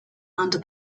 under